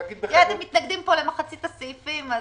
אתם מתנגדים פה למחצית הסעיפים.